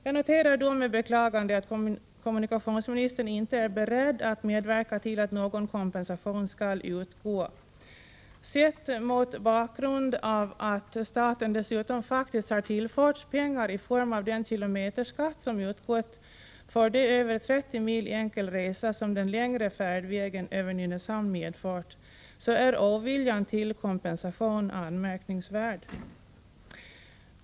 Jag noterar med beklagande att kommunikationsministern inte är beredd att verka för att någon kompensation skall utgå. Sett mot bakgrund av att staten dessutom faktiskt har tillförts pengar i form av den kilometerskatt som utgått för den över 30 mil enkel resa längre färdvägen över Nynäshamn, är oviljan till kompensation anmärkningsvärd.